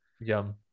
yum